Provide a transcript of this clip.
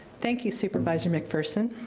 thank you, supervisor mcpherson.